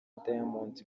diamond